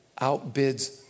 outbids